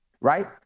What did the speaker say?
right